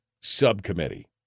subcommittee